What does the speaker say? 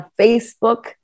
Facebook